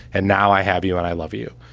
and now i have you and i love you.